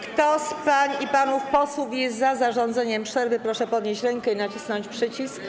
Kto z pań i panów posłów jest za zarządzeniem przerwy, proszę podnieść rękę i nacisnąć przycisk.